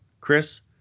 Chris